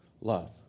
love